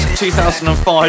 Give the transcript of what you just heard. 2005